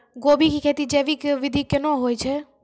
गोभी की खेती जैविक विधि केना हुए छ?